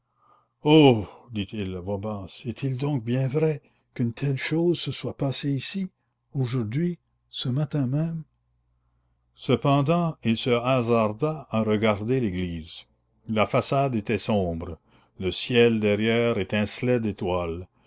est-il donc bien vrai qu'une telle chose se soit passée ici aujourd'hui ce matin même cependant il se hasarda à regarder l'église la façade était sombre le ciel derrière étincelait d'étoiles